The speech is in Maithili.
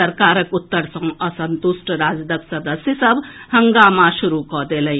सरकारक उत्तर सँ असंतुष्ट राजदक सदस्य सभ हंगामा शुरू कऽ देलनि